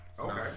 Okay